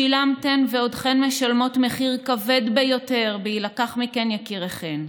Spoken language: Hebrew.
שילמתן ועודכן משלמות מחיר כבד ביותר בהילקח מכן יקיריכן.